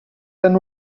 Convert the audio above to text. tan